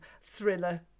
thriller